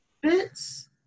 bits